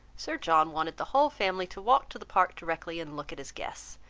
sir john wanted the whole family to walk to the park directly and look at his guests.